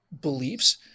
beliefs